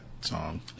song